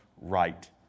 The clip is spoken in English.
right